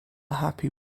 happy